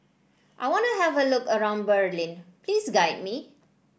I want to have a look around Berlin please guide me